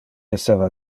esseva